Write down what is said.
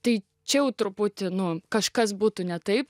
tai čia truputį nu kažkas būtų ne taip